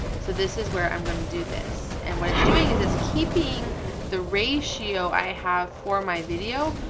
so this is where i'm gonna do this. and what it's doing is it's keeping the ratio i have for my video,